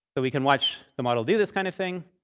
but we can watch the model do this kind of thing.